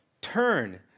Turn